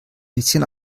bisschen